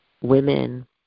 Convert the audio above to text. women